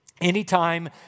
Anytime